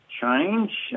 change